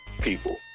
people